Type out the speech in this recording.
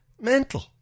Mental